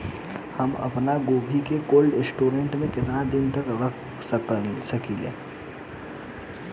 हम आपनगोभि के कोल्ड स्टोरेजऽ में केतना दिन तक रख सकिले?